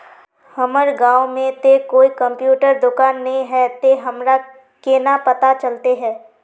हमर गाँव में ते कोई कंप्यूटर दुकान ने है ते हमरा केना पता चलते है?